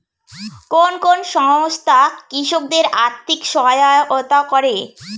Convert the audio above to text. কোন কোন সংস্থা কৃষকদের আর্থিক সহায়তা করে?